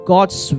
God's